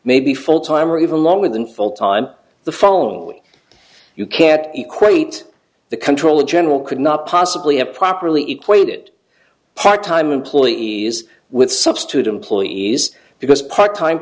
may be full time or even longer than full time the phone you can't equate the control in general could not possibly have properly equated part time employees with substitute employees because part time